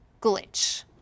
glitch